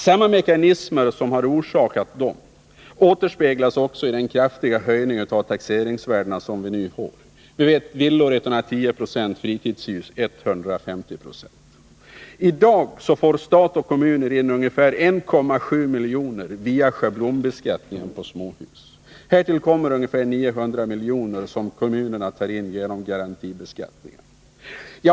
Samma mekanismer som har orsakat dem återspeglas i den kraftiga höjning av taxeringsvärdena som vi nu får: På villor kommer de att stiga med 110 920 och på fritidshus med 150 96. I dag får stat och kommuner in ungefär 1,7 miljarder via schablonbeskattningen av småhus. Härtill kommer 900 miljoner som kommunerna får in genom garantibeskattningen.